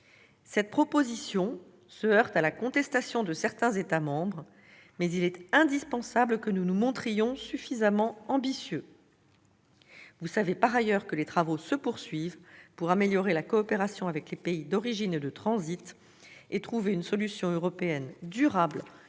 Cette proposition se heurte à la contestation de certains États membres, mais il est indispensable que nous nous montrions suffisamment ambitieux. Vous savez par ailleurs que les travaux se poursuivent pour améliorer la coopération avec les pays d'origine et de transit et pour trouver une solution européenne durable, efficace